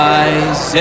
eyes